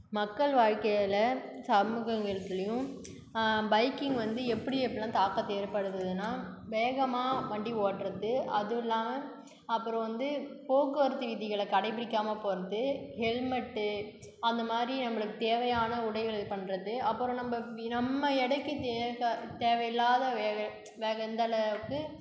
மக்கள் வாழ்க்கையில் சமூகங்களத்திலேயும் பைக்கிங் வந்து எப்படி எப்படிலாம் தாக்கத்தை ஏற்படுத்துதுன்னா வேகமா வண்டி ஓட்டுறது அதுவும் இல்லாமல் அப்புறம் வந்து போக்குவரத்து விதிகளை கடைபிடிக்காமல் போகிறது ஹெல்மெட்டு அந்த மாதிரி நம்மளுக்கு தேவையான உடைகளை இது பண்ணுறது அப்புறம் நம்ம வி நம்ம எடைக்கு தேவை தேவையில்லாத வேலை வேற எந்த அளவுக்கு